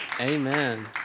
Amen